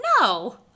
no